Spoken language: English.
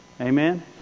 Amen